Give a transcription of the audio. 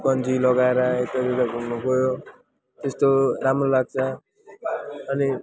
गन्जी लगाएर यता उता घुम्नुगयो यस्तो राम्रो लाग्छ अनि